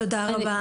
תודה רבה.